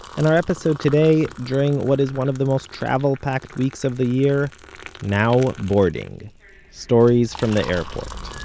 and our episode today, during what is one of the most travel-packed weeks of the year now boarding stories from the airport